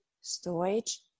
storage